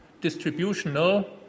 distributional